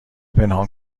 پنهان